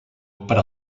per